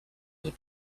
will